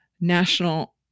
National